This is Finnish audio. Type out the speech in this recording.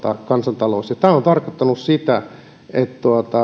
kansantalous ja tämä on tarkoittanut sitä että on